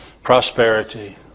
prosperity